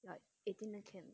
like eighteen then can